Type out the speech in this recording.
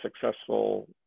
successful